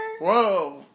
Whoa